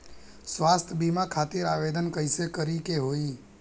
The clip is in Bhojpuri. स्वास्थ्य बीमा खातिर आवेदन कइसे करे के होई?